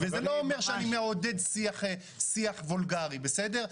וזה לא אומר שאני מעודד שיח וולגרי, בסדר?